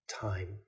time